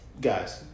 guys